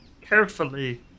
Carefully